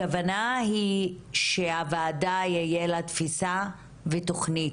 הכוונה היא שהוועדה, תהיה לה תפיסה ותוכנית,